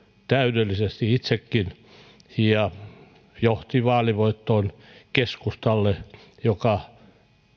täydellisesti itsekin ja johti vaalivoittoon keskustalle joka